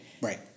Right